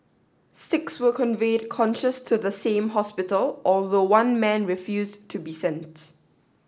six were conveyed conscious to the same hospital although one man refused to be sent